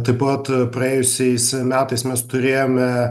taip pat praėjusiais metais mes turėjome